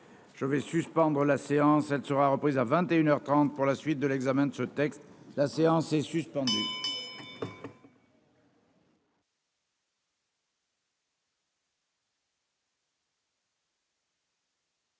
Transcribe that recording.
Je vais suspendre la séance, elle sera reprise à 21 heures 30 pour la suite de l'examen de ce texte, la séance est suspendue.